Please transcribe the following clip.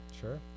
Sure